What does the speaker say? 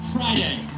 Friday